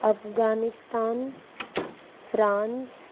Afghanistan France